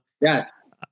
Yes